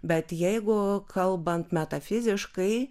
bet jeigu kalbant metafiziškai